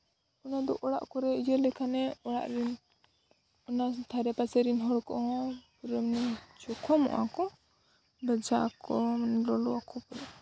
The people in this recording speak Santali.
ᱚᱱᱟ ᱫᱚ ᱚᱲᱟᱜ ᱠᱚᱨᱮ ᱤᱭᱟᱹ ᱞᱮᱠᱷᱟᱱᱮ ᱚᱲᱟᱜ ᱨᱮᱱ ᱚᱱᱟ ᱫᱷᱟᱨᱮ ᱯᱟᱥᱮᱨᱮᱱ ᱦᱚᱲ ᱠᱚᱦᱚᱸ ᱡᱚᱠᱷᱚᱢᱚᱜᱼᱟ ᱠᱚ ᱵᱟᱡᱟᱜ ᱟᱠᱚ ᱞᱚᱞᱚᱜ ᱟᱠᱚ ᱯᱩᱨᱟᱹ